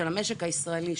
של המשק הישראלי,